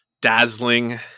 dazzling